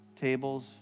tables